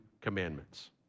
commandments